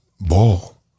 ball